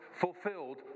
fulfilled